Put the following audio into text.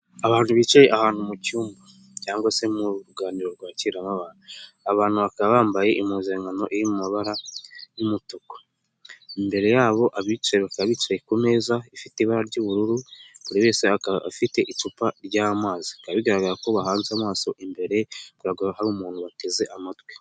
Abantu bicaye ahantu mu cyumba cyangwa se mu ruganiriro rwakirirwamo abantu. Aba bantu bakaba bambaye impuzankano iri mu mabara y'umutuku. Imbere yabo abicaye bakaba bicaye ku meza ifite ibara ry'ubururu, buri wese akaba afite icupa ry'amazi. Bikaba bigaragara ko bahanze amaso imbere bigaragara ko hari umuntu bateze amatwi.